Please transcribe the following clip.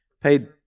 paid